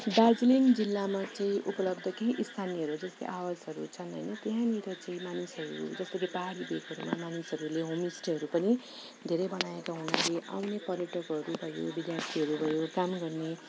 दार्जिलिङ जिल्लामा चाहिँ उपलब्ध केही स्थानीयहरू जस्तै आवासहरू छन् होइन त्यहाँनेर चाहिँ मानिसहरूले जस्तै पहाडी भेकहरूमा मानिसहरूले होमस्टेहरू पनि धेरै बनाएका हुनाले आउने पर्यटकहरू भयो विद्यार्थीहरू भयो काम गर्ने